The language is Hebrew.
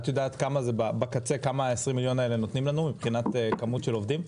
את יודעת כמה בקצה ה-20 מיליון האלה נותנים לנו מבחינת כמות של עובדים?